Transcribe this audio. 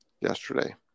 yesterday